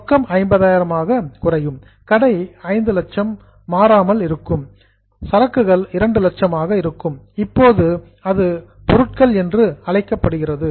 ரொக்கம் 50 ஆக குறையும் கடை 500000 ஆக மாறாமல் இருக்கும் சரக்குகள் 200000 ஆக இருக்கும் இப்போது அது மெர்ச்சன்டைஸ் பொருட்கள் என்றும் அழைக்கப்படுகிறது